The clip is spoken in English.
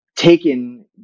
taken